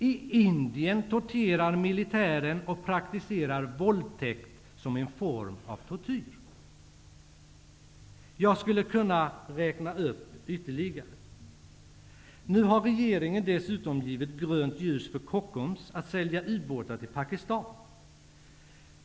I Indien torterar militären och praktiserar våldtäkt som en form av tortyr. Jag skulle kunna räkna upp ytterligare exempel. Nu har regeringen givit grönt ljus för Kockums att sälja ubåtar till Pakistan.